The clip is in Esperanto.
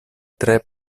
tre